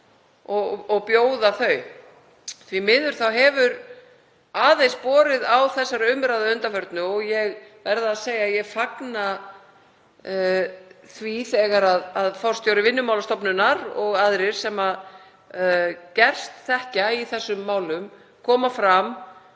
og bjóða þau. Því miður hefur aðeins borið á þessari umræðu að undanförnu og ég verð að segja að ég fagna því þegar forstjóri Vinnumálastofnunar og aðrir sem gerst þekkja í þessum málum koma fram